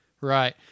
Right